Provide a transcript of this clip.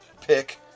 Pick